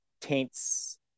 taints